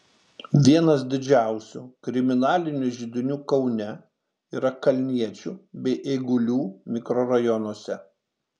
vienas didžiausių kriminalinių židinių kaune yra kalniečių bei eigulių mikrorajonuose